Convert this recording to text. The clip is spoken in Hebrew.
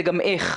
זה גם איך.